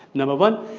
number one,